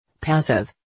Passive